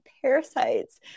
parasites